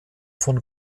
von